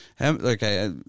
Okay